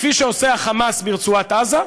כפי שעושה ה"חמאס" ברצועת עזה,